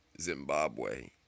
Zimbabwe